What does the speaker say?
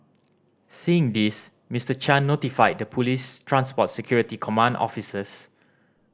seeing this Mister Chan notified the police transport security command officers